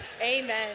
Amen